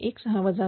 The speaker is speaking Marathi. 5116 1